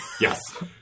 Yes